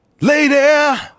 lady